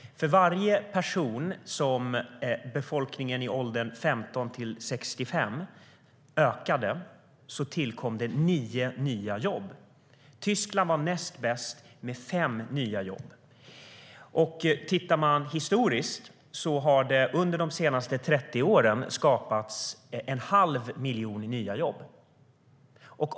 För varje person som befolkningen i åldern 16-65 ökade med tillkom nio nya jobb. Tyskland var näst bäst med fem nya jobb. Och om man tittar historiskt kan man se att det under de senaste 30 åren har skapats en halv miljon nya jobb.